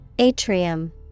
Atrium